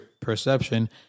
perception